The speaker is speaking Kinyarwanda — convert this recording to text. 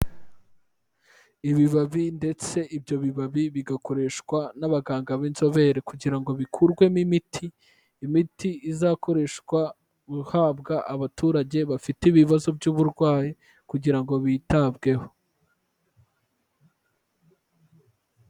Ibibabi ndetse ibyo bibabi bigakoreshwa n'abaganga b'inzobere kugira ngo bikurwemo imiti, imiti izakoreshwa guhabwa abaturage bafite ibibazo by'uburwayi kugira ngo bitabweho.